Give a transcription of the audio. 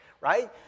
right